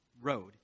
road